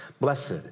Blessed